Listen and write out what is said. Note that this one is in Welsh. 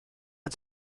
wyt